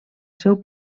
seu